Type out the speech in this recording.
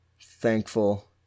thankful